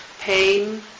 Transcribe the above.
pain